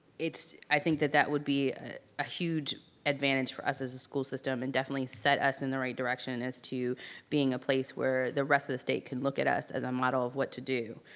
i think that that would be a huge advantage for us as a school system and definitely set us in the right direction as to being a place where the rest of the state can look at us as a model of what to do.